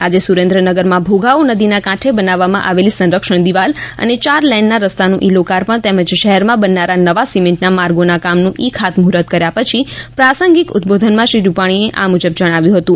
આજે સુરેન્દ્રનગરમાં ભોગાવો નદીના કાંઠે બનાવવામાં આવેલી સંરક્ષણ દિવાલ અને ચાર લેનના રસ્તાનું ઇ લોકાર્પણ તેમજ શહેરમાં બનનારા નવા સીમેન્ટના માર્ગોના કામનું ઇ ખાતમૂર્ઠત કર્યા પછી પ્રાસંગિક ઉદબોધનમાં શ્રી રૂપાણીએ મૂજબ જણાવ્યું હતું